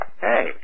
Hey